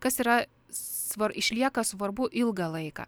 kas yra svar išlieka svarbu ilgą laiką